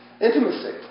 Intimacy